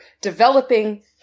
developing